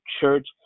church